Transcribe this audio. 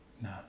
No